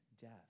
death